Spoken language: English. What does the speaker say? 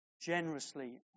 generously